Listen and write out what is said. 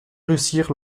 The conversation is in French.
réussir